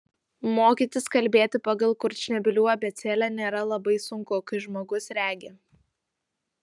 mokytis kalbėti pagal kurčnebylių abėcėlę nėra labai sunku kai žmogus regi